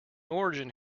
origin